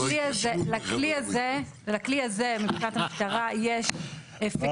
לכלי הזה מבחינת המשטרה יש אפקטיביות מאוד מאוד גדולה